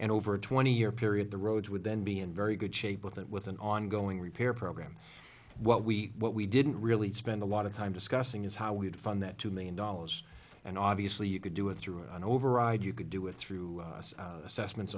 and over a twenty year period the road would then be in very good shape with that with an ongoing repair program what we what we didn't really spend a lot of time discussing is how we define that two million dollars and obviously you could do it through an override you could do it through assessment